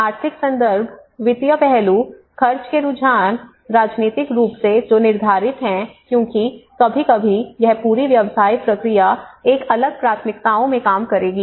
और आर्थिक संदर्भ वित्तीय पहलू खर्च के रुझान राजनीतिक रूप से जो निर्धारित हैं क्योंकि कभी कभी यह पूरी व्यवसाय प्रक्रिया एक अलग प्राथमिकताओं में काम करेगी